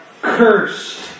cursed